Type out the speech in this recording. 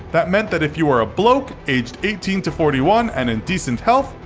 that meant that if you were a bloke aged eighteen forty one and in decent health,